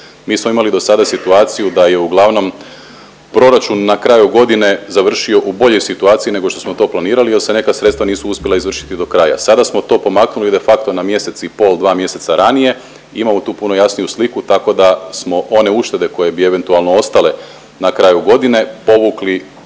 Mi smo imali dosada situaciju da je uglavnom proračun na kraju godine završio u boljoj situaciji nego što smo to planirali jer se neka sredstva nisu uspjela izvršiti do kraja. Sada smo to pomaknuli de facto na mjesec i pol, dva mjeseca ranije, imamo tu puno jasniju sliku, tako da smo one uštede koje bi eventualno ostale na kraju godine povukli